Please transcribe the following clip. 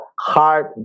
heart